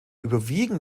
überwiegen